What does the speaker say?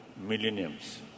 millenniums